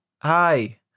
Hi